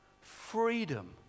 freedom